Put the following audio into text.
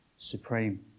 supreme